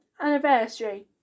anniversary